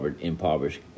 impoverished